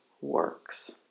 works